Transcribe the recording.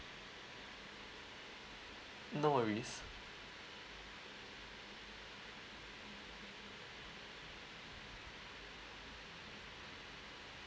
no worries